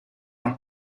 noch